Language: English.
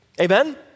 Amen